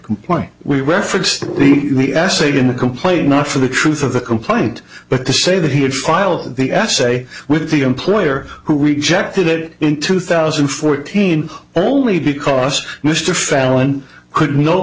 complaint we referenced the the assayed in the complaint not for the truth of the complaint but to say that he had filed the essay with the employer who rejected it in two thousand and fourteen only because mr fallon could no